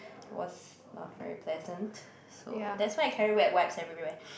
was not very pleasant so that's why I carry wet wipes everywhere